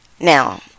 Now